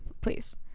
please